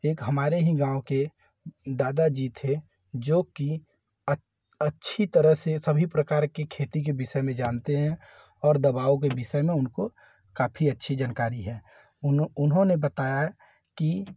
एक हमारे ही गाँव के दादाजी थे जोकि अच्छी तरह से सभी प्रकार की खेती के विषय में जानते हैं और दवाओं के विषय में उनको काफ़ी अच्छी जानकारी है उन्होंने बताया कि